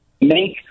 make